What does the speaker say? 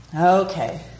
Okay